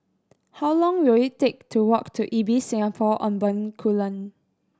how long will it take to walk to Ibis Singapore On Bencoolen